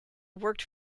worked